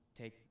Take